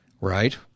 Right